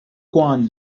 quan